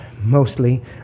mostly